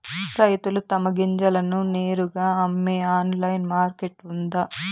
రైతులు తమ గింజలను నేరుగా అమ్మే ఆన్లైన్ మార్కెట్ ఉందా?